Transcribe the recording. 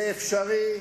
זה אפשרי,